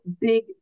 big